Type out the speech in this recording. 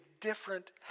different